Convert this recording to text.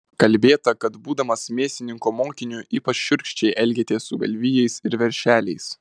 kalbėta kad būdamas mėsininko mokiniu ypač šiurkščiai elgėtės su galvijais ir veršeliais